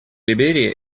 либерии